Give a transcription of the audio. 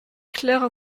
claires